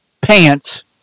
pants